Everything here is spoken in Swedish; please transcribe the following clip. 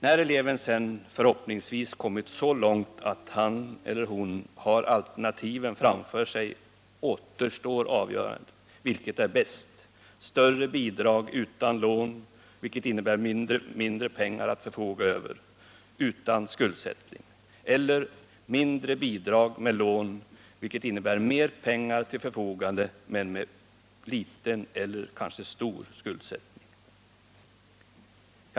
När eleven sedan förhoppningsvis kommit så långt att han eller hon har alternativen framför sig återstår alltså avgörandet: Vilket är bäst — större bidrag utan lån, vilket innebär mindre pengar att förfoga över, utan skuldsättning, eller mindre bidrag med lån, vilket innebär mer pengar till förfogande, men med liten eller kanske stor skuldsättning?